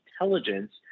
intelligence